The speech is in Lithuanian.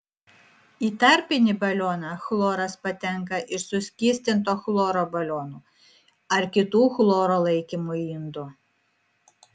į tarpinį balioną chloras patenka iš suskystinto chloro balionų ar kitų chloro laikymo indų